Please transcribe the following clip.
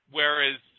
Whereas